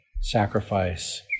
sacrifice